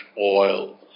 oil